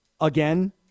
again